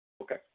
Okay